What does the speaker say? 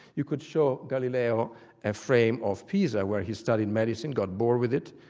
you could show galileo a frame of pisa where he studied medicine, got bored with it.